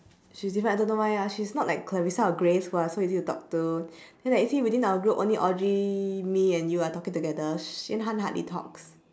she is different I don't know why ah she's not like clarissa or grace who are so easy to talk to then like you see within our group only audrey me and you are talking together yan han hardly talks